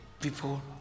people